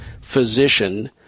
physician